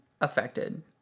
affected